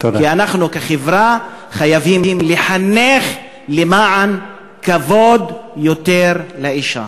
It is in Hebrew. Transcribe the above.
כי אנחנו כחברה חייבים לחנך למען יותר כבוד לאישה.